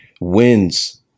wins